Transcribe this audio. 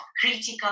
critical